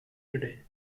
today